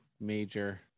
major